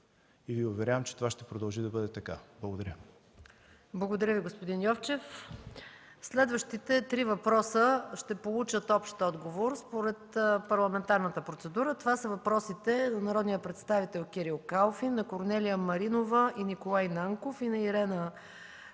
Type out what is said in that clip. и Ви уверявам, че това ще продължи да бъде така. Благодаря. ПРЕДСЕДАТЕЛ МАЯ МАНОЛОВА: Благодаря Ви, господин Йовчев. Следващите три въпроса ще получат общ отговор според парламентарната процедура. Това са въпросите на народния представител Кирил Калфин, на Корнелия Маринова и Николай Нанков, и на Ирена Коцева.